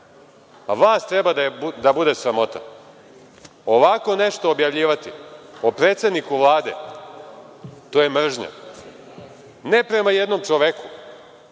sin. Vas treba da bude sramota. Ovako nešto objavljivati o predsedniku Vlade to je mržnja ne prema jednom čoveku.